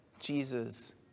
Jesus